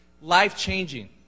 life-changing